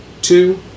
two